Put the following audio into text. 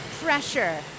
pressure